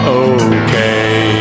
okay